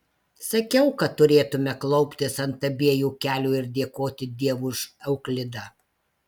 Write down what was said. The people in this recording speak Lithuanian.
sakiau kad turėtumėme klauptis ant abiejų kelių ir dėkoti dievui už euklidą